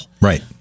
Right